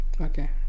okay